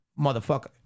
motherfucker